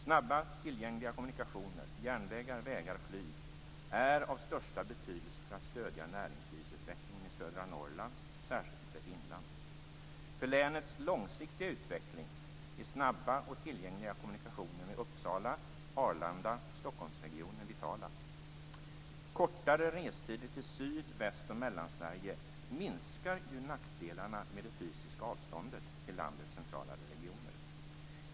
Snabba och tillgängliga kommunikationer - järnvägar, vägar, flyg - är av största betydelse för att stödja näringslivsutvecklingen i södra Norrland och särskilt dess inland. För länets långsiktiga utveckling är snabba och tillgängliga kommunikationer med Uppsala, Arlanda och Stockholmsregionen vitala. Kortare restider till Syd-, Västoch Mellansverige minskar nackdelarna med det fysiska avståndet till landets centralare regioner.